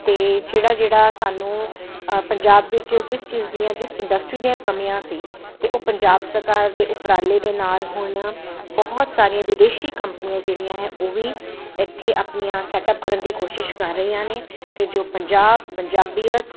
ਅਤੇ ਜਿਹੜਾ ਜਿਹੜਾ ਸਾਨੂੰ ਪੰਜਾਬ ਵਿੱਚ ਜਿਸ ਚੀਜ਼ ਦੀਆਂ ਜਿਸ ਇੰਡਸਟਰੀ ਦੀਆਂ ਕਮੀਆਂ ਸੀ ਅਤੇ ਉਹ ਪੰਜਾਬ ਸਰਕਾਰ ਦੇ ਉਪਰਾਲੇ ਦੇ ਨਾਲ ਹੁਣ ਬਹੁਤ ਸਾਰੀਆਂ ਵਿਦੇਸ਼ੀ ਕੰਪਨੀਆਂ ਜਿਹੜੀਆਂ ਹੈ ਉਹ ਵੀ ਇੱਥੇ ਆਪਣੀਆਂ ਸੈਟ ਅਪ ਕਰਨ ਦੀ ਕੋਸ਼ਿਸ਼ ਕਰ ਰਹੀਆਂ ਨੇ ਅਤੇ ਜੋ ਪੰਜਾਬ ਪੰਜਾਬੀਅਤ